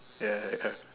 ya